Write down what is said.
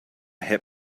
hip